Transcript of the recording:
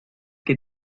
que